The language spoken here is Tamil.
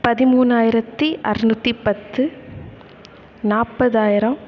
பதிமூணாயிரத்து அறநூற்றி பத்து நாற்பதாயிரம்